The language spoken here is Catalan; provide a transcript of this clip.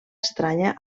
estranya